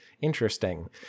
Interesting